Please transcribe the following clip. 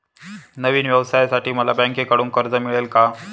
नवीन व्यवसायासाठी मला बँकेकडून कर्ज मिळेल का?